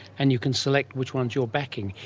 and you can select which ones you are backing.